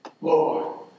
Lord